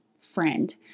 friend